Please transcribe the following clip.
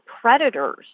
predators